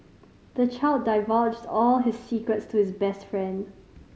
the child divulged all his secrets to his best friend